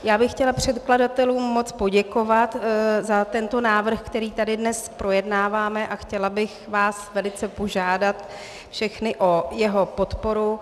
Já bych chtěla předkladatelům moc poděkovat za tento návrh, který tady dnes projednáváme, a chtěla bych vás velice požádat všechny o jeho podporu.